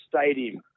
stadium